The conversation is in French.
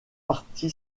parti